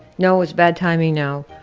no, it's bad timing now.